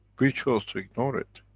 we chose to ignore it